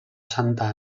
santa